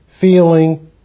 feeling